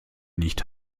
nicht